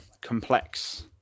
complex